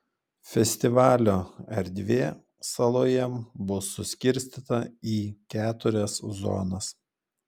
festivalio erdvė saloje bus suskirstyta į keturias zonas